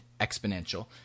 exponential